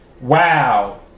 Wow